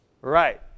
Right